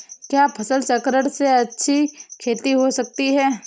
क्या फसल चक्रण से अच्छी खेती हो सकती है?